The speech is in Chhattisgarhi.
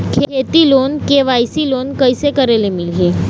खेती लोन के.वाई.सी लोन कइसे करे ले मिलही?